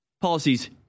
policies